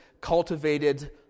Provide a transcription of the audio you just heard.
cultivated